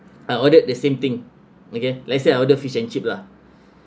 I ordered the same thing okay let's say I order fish and chip lah